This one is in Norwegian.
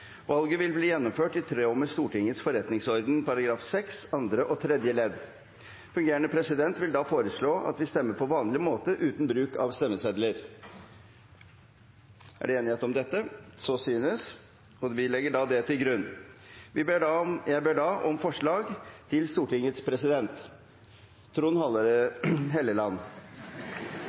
Valget vil bli gjennomført i tråd med Stortingets forretningsorden § 6, andre og tredje ledd. Fungerende president vil da foreslå at vi stemmer på vanlig måte, uten bruk av stemmesedler. Fungerende president ber om forslag på Stortingets president. Jeg foreslår Olemic Thommessen . Olemic Thommessen er foreslått valgt til Stortingets president. – Andre forslag foreligger ikke. Presidenten ber så om forslag på Stortingets